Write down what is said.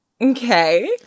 Okay